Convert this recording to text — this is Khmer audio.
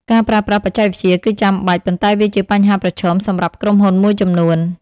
ការប្រើប្រាស់បច្ចេកវិទ្យាគឺចាំបាច់ ប៉ុន្តែវាជាបញ្ហាប្រឈមសម្រាប់ក្រុមហ៊ុនមួយចំនួន។